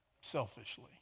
Selfishly